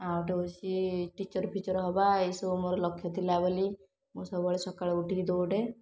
ଆଉ ଗୋଟେ ହେଉଛି ଟିଚର୍ଫିଚର୍ ହେବା ଏଇସବୁ ମୋର ଲକ୍ଷ୍ୟଥିଲା ବୋଲି ମୁଁ ସବୁବେଳେ ସକାଳୁ ଉଠିକି ଦୌଡ଼େ